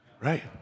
Right